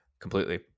completely